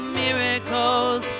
miracles